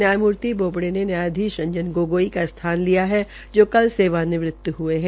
न्यायामूर्ति बोबडे ने न्यायाधीश रंजन गोगोई का स्थान लिया है जो कल सेवानिवृत हो च्के है